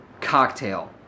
Cocktail